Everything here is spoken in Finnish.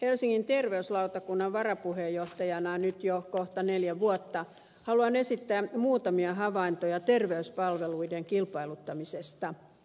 helsingin terveyslautakunnan varapuheenjohtajana nyt jo kohta neljä vuotta haluan esittää muutamia havaintoja terveyspalveluiden kilpailuttamisesta